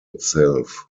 itself